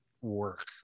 work